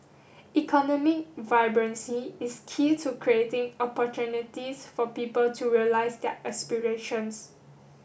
economic vibrancy is key to creating opportunities for people to realise their aspirations